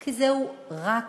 כי זהו רק